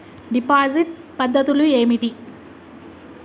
Deposit పద్ధతులు ఏమిటి?